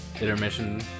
intermission